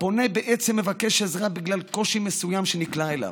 הפונה בעצם מבקש עזרה בגלל קושי מסוים שנקלע אליו.